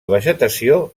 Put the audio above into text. vegetació